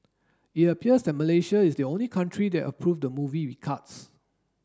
it appears that Malaysia is the only country that approved the movie with cuts